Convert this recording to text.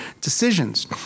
decisions